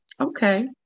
okay